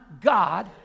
God